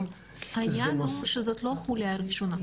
--- העניין הוא שזאת לא החוליה הראשונה,